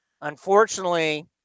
unfortunately